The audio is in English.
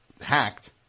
hacked